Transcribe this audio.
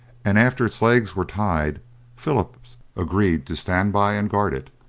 and after its legs were tied philip agreed to stand by and guard it,